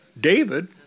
David